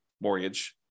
mortgage